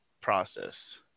process